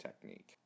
technique